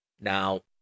Now